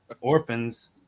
Orphans